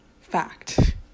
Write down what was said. fact